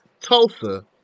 Tulsa